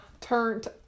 turned